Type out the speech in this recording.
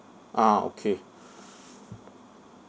ah okay